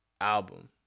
album